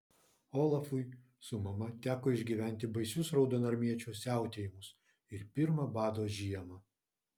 olafui su mama teko išgyventi baisius raudonarmiečių siautėjimus ir pirmą bado žiemą